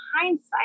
hindsight